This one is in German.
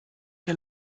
der